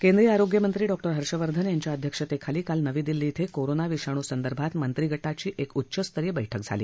केंद्रीय आरोग्यमंत्री डॉक्टर हर्षवर्धन यांच्या अध्यक्षतेखाली काल नवी दिल्ली ध्वें कोरोना विषाणू संदर्भात मंत्री गटाची एक उच्चस्तरीय बैठक झाली